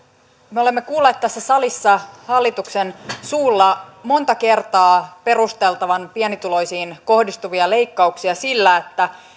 me olemme kuulleet tässä salissa hallituksen suulla monta kertaa perusteltavan pienituloisiin kohdistuvia leikkauksia sillä että